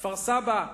כפר-סבא,